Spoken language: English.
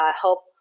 help